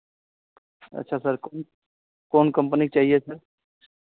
अच्छा सर कौन कौन कंपनी चाहिए सर